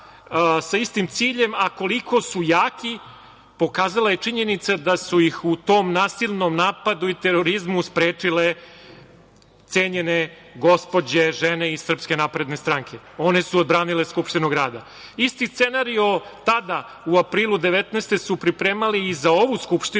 sa istim ciljem, a koliko su jaki pokazala je činjenica da su ih u tom nasilnom napadu i terorizmu sprečile cenjene gospođe, žene iz SNS. One su odbranile Skupštinu grada. Isti scenario tada, u aprilu 2019. godine, su pripremali i za ovu Skupštinu,